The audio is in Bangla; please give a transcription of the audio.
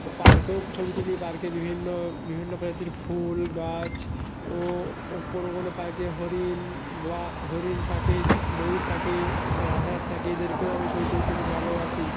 পার্কেও ছবি তুলি পার্কে বিভিন্ন বিভিন্ন প্রজাতির ফুল গাছ ও ও কোনো কোনো পার্কে হরিণ বা হরিণ থাকে যা ময়ূর থাকে রাজহাঁস থাকে এদেরকেও আমি ছবি তুলতে বেশ ভালোবাসি